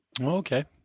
okay